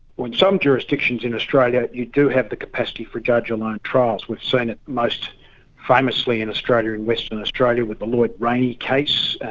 some jurisdictions in australia you do have the capacity for judge-alone trials. we've seen it most famously in australia and western australia with the lloyd rayney case,